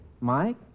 Mike